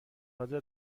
حاضر